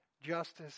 justice